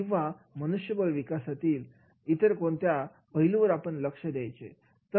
किंवा मनुष्यबळ विकासातील इतर कोणत्या पैलू वर लक्ष द्यायचे